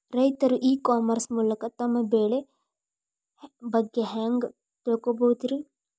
ರೈತರು e commerce ಮೂಲಕ ತಮ್ಮ ಬೆಳಿ ಬಗ್ಗೆ ಹ್ಯಾಂಗ ತಿಳ್ಕೊಬಹುದ್ರೇ?